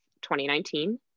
2019